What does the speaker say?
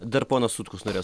dar ponas sutkus norėjo